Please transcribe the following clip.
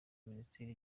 minisiteri